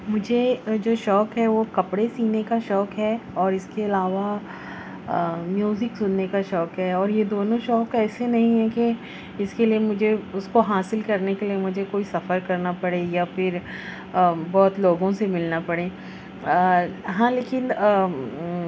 مجھے جو شوق ہے وہ کپڑے سینے کا شوق ہے اور اس کے علاوہ میوزک سننے کا شوق ہے اور یہ دونوں شوق ایسے نہیں ہیں کہ اس کے لیے مجھے اس کو حاصل کرنے کے لیے مجھے کوئی سفر کرنا پڑے یا پھر بہت لوگوں سے ملنا پڑے ہاں لیکن